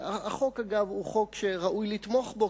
החוק הוא חוק שראוי לתמוך בו,